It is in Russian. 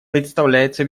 представляется